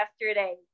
yesterday